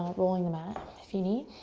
rolling the mat if you need.